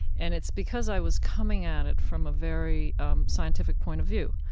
and it's because i was coming at it from a very um scientific point of view.